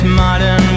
modern